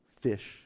fish